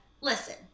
listen